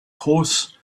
horse